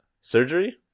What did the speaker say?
Surgery